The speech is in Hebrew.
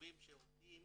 וחשובים שעובדים